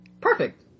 Perfect